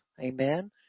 amen